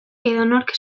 edonork